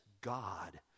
God